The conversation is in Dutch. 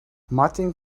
martin